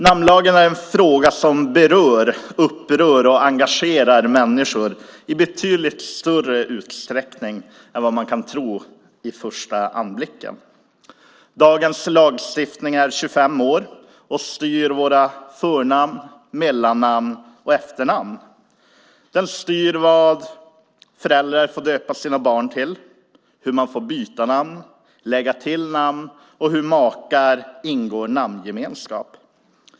Namnlagen är en fråga som berör, upprör och engagerar människor i betydligt större utsträckning än vad man kan tro vid första anblicken. Dagens lagstiftning är 25 år och styr våra förnamn, mellannamn och efternamn. Den styr vad föräldrar får döpa sina barn till, hur man får byta namn, lägga till namn och hur makar ingår namngemenskap.